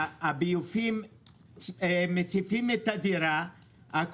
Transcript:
הביובים מציפים את הדירה,